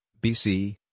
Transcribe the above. BC